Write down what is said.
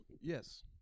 yes